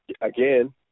again